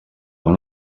van